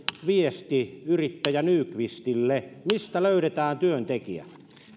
viesti yrittäjä nyqvistille mistä löydetään työntekijä